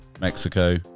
Mexico